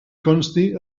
consti